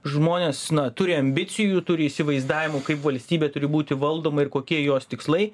žmonės na turi ambicijų turi įsivaizdavimų kaip valstybė turi būti valdoma ir kokie jos tikslai